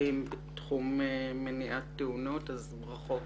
חיים בתחום מניעת תאונות אז ברכות.